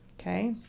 Okay